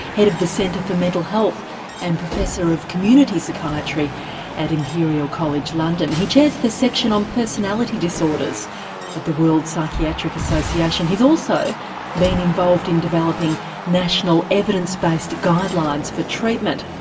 head of the centre for mental health and professor of community psychiatry at imperial college london. he chairs the section on personality disorders at the world psychiatric association. he's also been involved in developing national evidence-based guidelines for treatment.